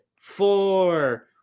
four